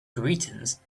greetings